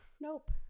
nope